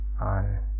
on